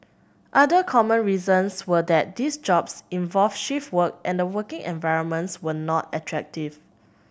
other common reasons were that these jobs involved shift work and the working environments were not attractive